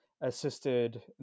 assisted